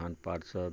विधान पार्षद